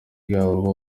yabo